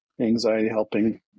anxiety-helping